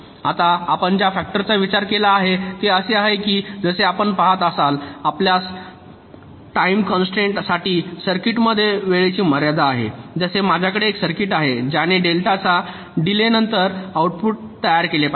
आता आपण ज्या फॅक्टर चा विचार केला आहे ते असे आहे की जसे आपण पहात आहात आपल्यास टाईमिंग कॉन्संट्रेन्ट साठी सर्किटमध्ये वेळेची मर्यादा आहे जसे माझ्याकडे एक सर्किट आहे ज्याने डेल्टाच्या डिलेय नंतर आउटपुट तयार केले पाहिजे